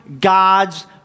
God's